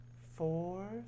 four